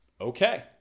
okay